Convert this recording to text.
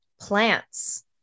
plants